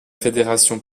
fédération